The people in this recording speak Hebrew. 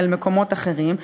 אל מקומות אחרים,